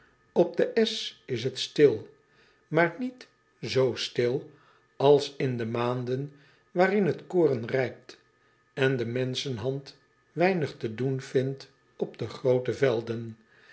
p den esch is het stil maar niet z stil als in de maanden waarin het koren rijpt en de menschenhand weinig te doen vindt op de groote velden